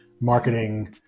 marketing